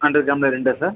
hundred கிராமில் ரெண்டா sir